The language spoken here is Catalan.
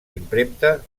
impremta